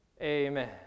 Amen